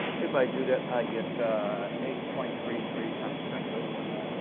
if i do that, i get eight point three three times ten to the fourth.